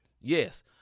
Yes